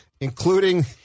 including